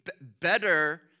better